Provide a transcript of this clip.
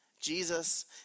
Jesus